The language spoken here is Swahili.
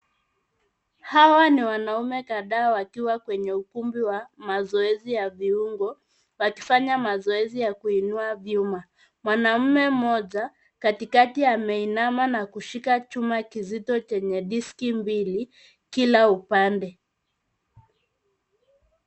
Hawa ni wanaume kadhaa wakiwa kwenye ukumbi wa mazoezi ya viungo, wakifanya mazoezi ya kuinua vyuma. Mwanaume mmoja katikati ameinama na kushika chuma kizito chenye diski mbili kila upande.